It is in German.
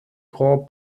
grand